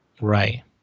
right